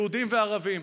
יהודים וערבים.